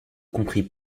comprit